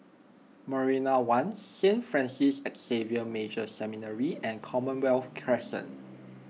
Marina one Saint Francis Xavier Major Seminary and Commonwealth Crescent